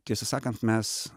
tiesą sakant mes